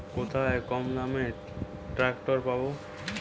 কোথায় কমদামে ট্রাকটার পাব?